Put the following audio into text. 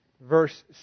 verse